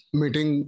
meeting